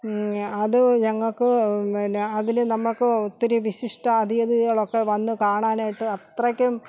ഞ അത് ഞങ്ങൾക്ക് പിന്നെ അതിൽ നമുക്ക് ഒത്തിരി വിശിഷ്ടാതിഥികളൊക്കെ വന്ന് കാണാനായിട്ട് അത്രയ്ക്കും